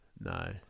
no